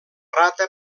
rata